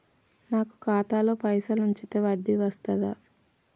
నాకు ఖాతాలో పైసలు ఉంచితే వడ్డీ వస్తదా?